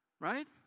right